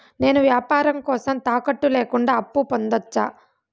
నేను వ్యాపారం కోసం తాకట్టు లేకుండా అప్పు పొందొచ్చా?